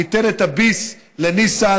ניתן את הביס לניסן,